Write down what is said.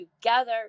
together